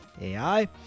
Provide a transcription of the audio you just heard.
AI